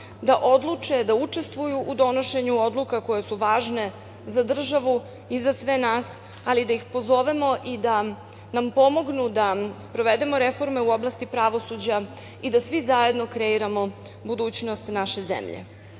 da odluče da učestvuju u donošenju odluka koje su važne za državu i za sve nas, ali da ih pozovemo i da nam pomognu da sprovedemo reforme u oblasti pravosuđa i da svi zajedno kreiramo budućnost naše zemlje. Ovo